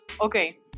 Okay